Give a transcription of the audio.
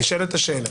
נשאלת השאלה